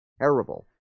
Terrible